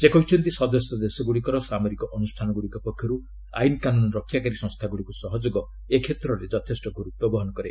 ସେ କହିଛନ୍ତି ସଦସ୍ୟ ଦେଶ ଗୁଡ଼ିକର ସାମରିକ ଅନୁଷ୍ଠାନଗୁଡ଼ିକ ପକ୍ଷରୁ ଆଇନ୍କାନୁନ ରକ୍ଷାକାରୀ ସଂସ୍ଥାଗୁଡ଼ିକୁ ସହଯୋଗ ଏ କ୍ଷେତ୍ରରେ ଯଥେଷ୍ଟ ଗୁରୁତ୍ୱ ବହନ କରେ